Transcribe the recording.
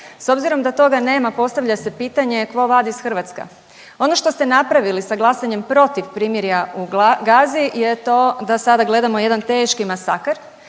S obzirom da toga nema postavlja se pitanje ko …/Govornik se ne razumije./…Hrvatska? Ono što ste napravili sa glasanjem protiv primirja u Gazi je to da sada gledamo jedan teški masakr